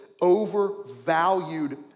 overvalued